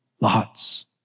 Lot's